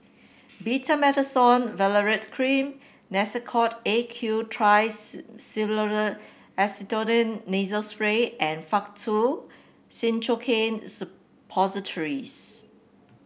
Betamethasone Valerate Cream Nasacort A Q Triamcinolone Acetonide Nasal Spray and Faktu Cinchocaine Suppositories